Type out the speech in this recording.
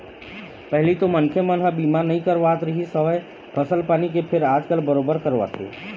पहिली तो मनखे मन ह बीमा नइ करवात रिहिस हवय फसल पानी के फेर आजकल बरोबर करवाथे